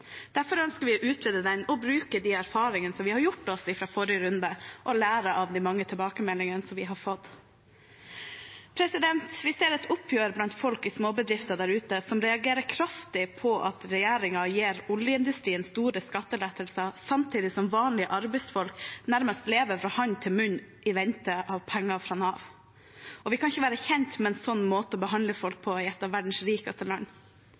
Derfor ønsker vi å utrede ordningen, bruke de erfaringene vi har gjort oss i forrige runde, og lære av de mange tilbakemeldingene vi har fått. Vi ser et opprør blant folk i småbedrifter der ute som reagerer kraftig på at regjeringen gir oljeindustrien store skattelettelser samtidig som vanlige arbeidsfolk nærmest lever fra hånd til munn i påvente av penger fra Nav. Vi kan ikke være bekjent av en slik måte å behandle folk på i et av verdens rikeste land.